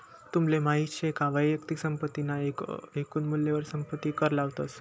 तुमले माहित शे का वैयक्तिक संपत्ती ना एकून मूल्यवर संपत्ती कर लावतस